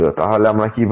তাহলে আমরা কি পাব